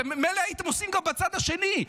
מילא הייתם עושים גם בצד השני,